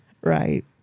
Right